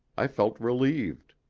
i felt relieved.